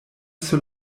sur